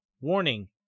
warning